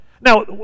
Now